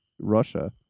Russia